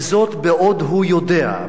וזאת בעוד הוא יודע,